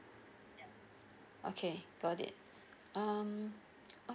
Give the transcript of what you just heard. okay got it um